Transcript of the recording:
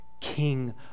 king